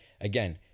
again